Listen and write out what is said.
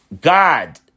God